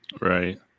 Right